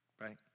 right